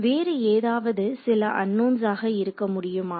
வேறு ஏதாவது சில அன்னோன்ஸாக இருக்க முடியுமா